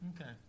Okay